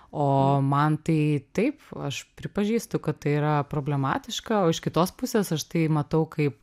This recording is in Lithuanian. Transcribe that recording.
o man tai taip aš pripažįstu kad tai yra problematiška o iš kitos pusės aš tai matau kaip